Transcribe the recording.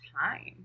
time